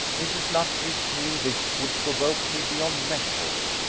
mrs. luttridge knew this would provoke me beyond measure,